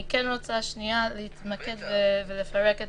אני כן רוצה שנייה להתמקד ולפרק את